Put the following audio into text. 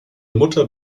mutter